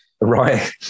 right